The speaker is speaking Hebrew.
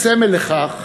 הוא סמל לכך